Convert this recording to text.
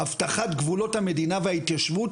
אבטחת גבולות המדינה וההתיישבות,